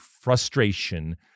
frustration